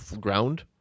ground